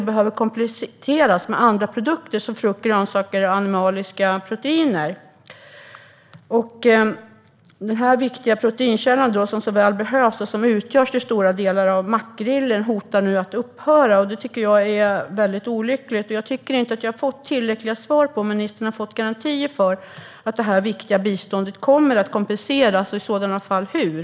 Den behöver kompletteras med andra produkter som frukt, grönsaker och animaliska proteiner. Den viktiga proteinkälla som så väl behövs och som till stora delar utgörs av makrillen hotar nu att upphöra. Det tycker jag är väldigt olyckligt. Jag tycker inte att jag har fått tillräckliga svar på om ministern har fått garantier för att detta viktiga bistånd kommer att kompenseras och i så fall hur.